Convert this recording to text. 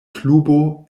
klubo